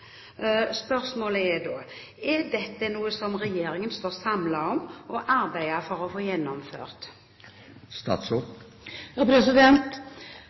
Spørsmålet er da: Er dette noe som regjeringen står samlet om og arbeider for å få